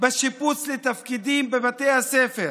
בשיבוץ לתפקידים בבתי ספר.